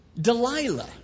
Delilah